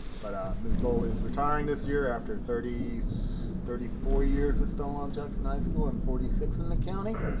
but miss boley is retiring this year after thirty thirty four years at stonewall jackson high school and forty six in the county.